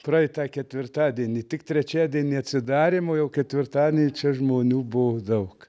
praeitą ketvirtadienį tik trečiadienį atsidarymo jau ketvirtadienį čia žmonių buvo daug